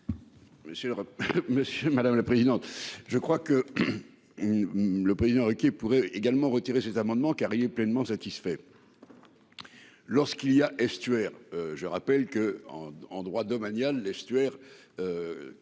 Madame la présidente. Je crois que. Le président qui pourrait également retirer cet amendement Carrier pleinement satisfait. Lorsqu'il y a estuaire. Je rappelle que en droit domanial l'estuaire.